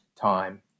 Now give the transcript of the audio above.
time